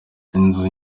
inzu